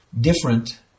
different